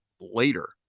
later